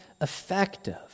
effective